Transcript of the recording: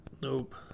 Nope